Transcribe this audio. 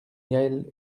yaël